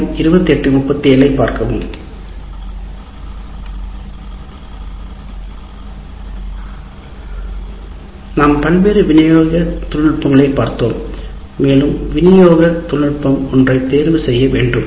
நாம் பல்வேறு விநியோக தொழில்நுட்பங்களைப் பார்த்தோம் மேலும் விநியோக தொழில்நுட்பம் ஒன்றைத் தேர்வு செய்ய வேண்டும்